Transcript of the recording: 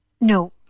No